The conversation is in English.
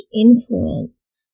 influence